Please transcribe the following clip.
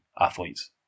athletes